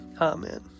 Amen